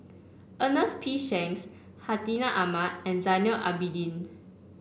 Ernest P Shanks Hartinah Ahmad and Zainal Abidin